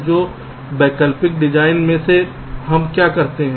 तो वैकल्पिक डिजाइन में हम क्या करते हैं